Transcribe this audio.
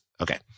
Okay